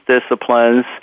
disciplines